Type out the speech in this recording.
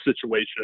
situation